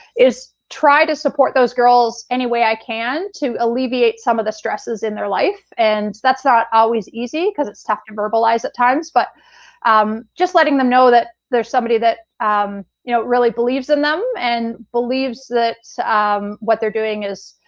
is try to support those girls any way i can to alleviate some of the stresses in their life and that's not always easy because it's tough to verbalize at times, but um just letting them know that there is somebody that um you know really believes in them and believes that what they're doing is